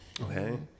okay